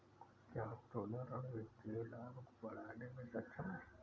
क्या उत्तोलन ऋण वित्तीय लाभ को बढ़ाने में सक्षम है?